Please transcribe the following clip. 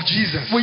Jesus